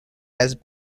has